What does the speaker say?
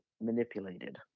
manipulated